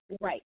Right